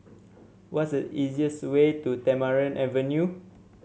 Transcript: what is easiest way to Tamarind Avenue